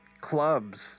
Clubs